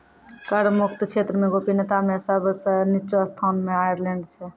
कर मुक्त क्षेत्र मे गोपनीयता मे सब सं निच्चो स्थान मे आयरलैंड छै